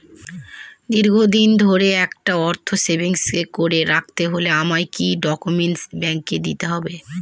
দীর্ঘদিন ধরে একটা অর্থ সেভিংস করে রাখতে হলে আমায় কি কি ডক্যুমেন্ট ব্যাংকে দিতে হবে?